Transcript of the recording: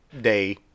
day